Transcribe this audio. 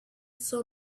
saw